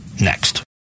next